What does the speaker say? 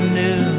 new